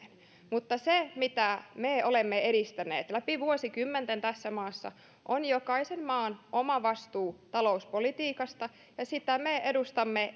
mutta se mitä me olemme edistäneet läpi vuosikymmenten tässä maassa on jokaisen maan oma vastuu talouspolitiikasta ja sitä me edustamme